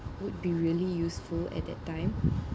would be really useful at that time